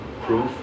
proof